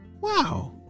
Wow